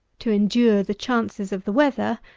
to endure the chances of the weather,